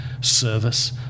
service